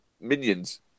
minions